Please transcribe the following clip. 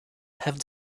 have